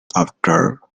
after